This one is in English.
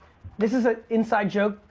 this is an inside joke,